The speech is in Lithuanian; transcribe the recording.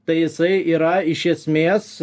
tai jisai yra iš esmės